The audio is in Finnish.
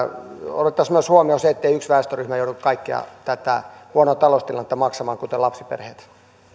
otettaisiin myös huomioon se ettei yksi väestöryhmä joudu kaikkea tätä huonoa taloustilannetta maksamaan kuten lapsiperheet